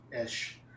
ish